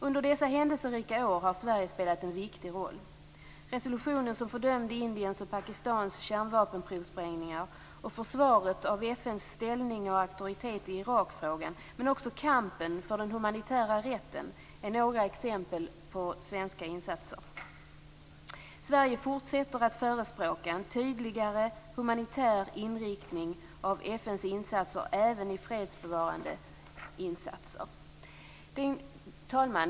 Under dessa händelserika år har Sverige spelat en viktig roll. Resolutionen som fördömde Indiens och Pakistans kärnvapenprovsprängningar och försvaret av FN:s ställning och auktoritet i Irakfrågan, men också kampen för den humanitära rätten, är några exempel på svenska insatser. Sverige fortsätter att förespråka en tydligare humanitär inriktning av FN:s insatser även i fredsbevarande insatser. Fru talman!